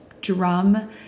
drum